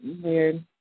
weird